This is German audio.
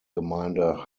gemeinde